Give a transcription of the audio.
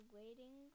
waiting